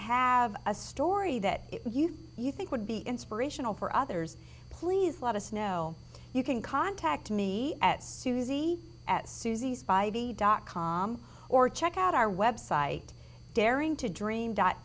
have a story that you you think would be inspirational for others please let us know you can contact me at susie at susie's spidy dot com or check out our website daring to dream dot